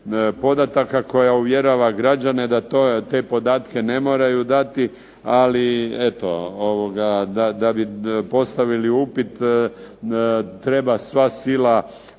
podataka koja uvjerava građane da te podatke ne moraju dati, ali eto da bi postavili upit treba sva sila